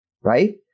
right